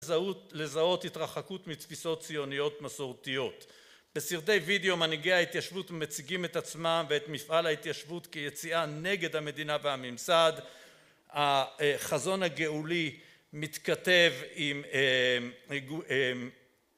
לזהות התרחקות מתפיסות ציוניות מסורתיות. בסרטי וידאו מנהיגי ההתיישבות מציגים את עצמם ואת מפעל ההתיישבות כיציאה נגד המדינה והממסד, החזון הגאולי מתכתב עם